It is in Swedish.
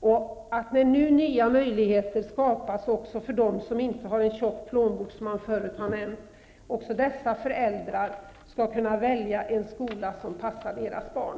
När det nu också skapas nya möjligheter för dem som inte har en tjock plånbok, skall även dessa föräldrar kunna välja en skola som passar deras barn.